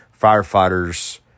firefighters